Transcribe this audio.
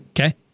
Okay